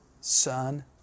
Son